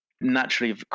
naturally